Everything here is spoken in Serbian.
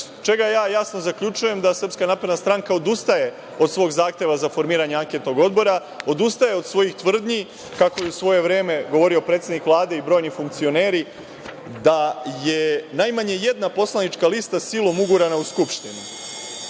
čega ja jasno zaključujem da SNS odustaje od svog zahteva za formiranje anketnog odbora, odustaje od svojih tvrdnji, kako je u svoje vreme govorio predsednik Vlade i brojni funkcioneri, da je najmanje jedna poslaničke lista silom ugurana u Skupštinu. Dakle,